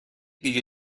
دیگه